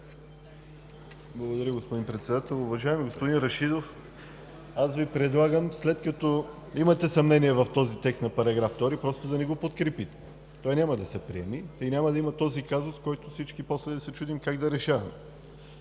Благодаря, господин Председател. Уважаеми господин Рашидов, аз Ви предлагам, след като имате съмнения в текста на § 2, да не го подкрепите. Той няма да се приеме и няма да има този казус, който всички след това да се чудим как да решаваме.